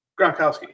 Gronkowski